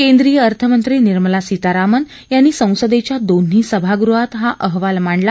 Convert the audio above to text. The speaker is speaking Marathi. केंद्रीय अर्थमंत्री निर्मला सीतारामन यांनी संसदेच्या दोन्ही सभागृहात हा अहवाल मांडला